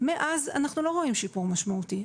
ומאז אנחנו לא רואים שיפור משמעותי.